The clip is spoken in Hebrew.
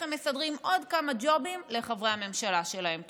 הם מסדרים עוד כמה ג'ובים לחברי הממשלה שלהם.